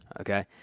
Okay